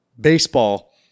baseball